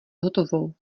hotovou